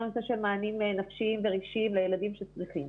הנושא של מענים נפשיים ורגשיים לילדים שצריכים,